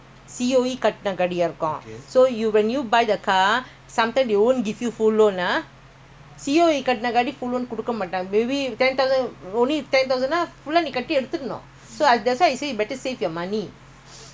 that's why I say you better save your money !huh! ah weekend car vignesh ஓட்டுனாண்ல:ootunaanla